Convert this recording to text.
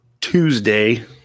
Tuesday